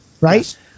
right